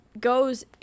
goes